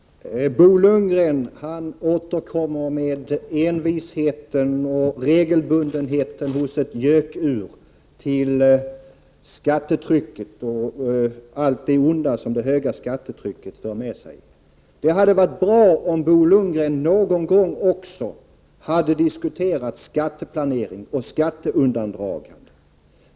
Herr talman! Bo Lundgren återkommer med envisheten och regelbundenheten hos ett gökur till frågan om skattetrycket och allt det onda som det höga skattetrycket för med sig. Det hade varit bra om Bo Lundgren någon gång också diskuterat skatteplanering och skatteundandraganden.